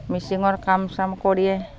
মিচিঙৰ কাম চাম কৰিয়ে